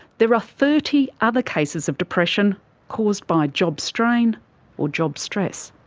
there are thirty other cases of depression caused by job strain or job stress.